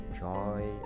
joy